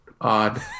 odd